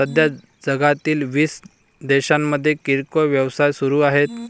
सध्या जगातील वीस देशांमध्ये किरकोळ व्यवसाय सुरू आहेत